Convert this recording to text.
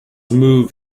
move